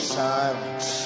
silence